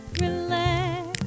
relax